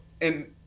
and-